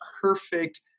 perfect